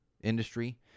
industry